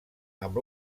amb